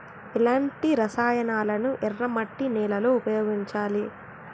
ఎలాంటి రసాయనాలను ఎర్ర మట్టి నేల లో ఉపయోగించాలి?